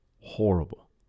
horrible